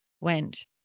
went